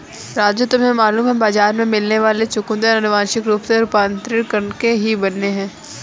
राजू तुम्हें मालूम है बाजार में मिलने वाले चुकंदर अनुवांशिक रूप से रूपांतरित करके ही बने हैं